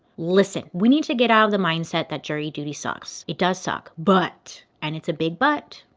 listen. we need to get out of the mindset that jury duty sucks, it does suck. but, and it's a big but,